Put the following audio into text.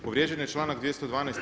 Povrijeđen je članak 212.